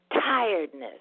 Tiredness